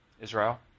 Israel